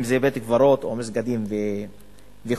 אם זה בית-קברות או מסגדים וכו'.